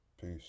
Peace